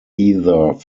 either